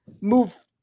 move